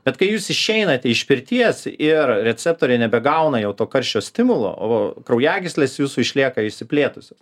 bet kai jūs išeinate iš pirties ir receptoriai nebegauna jau to karščio stimulo o kraujagyslės jūsų išlieka išsiplėtusios